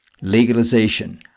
legalization